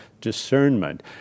discernment